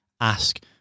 ask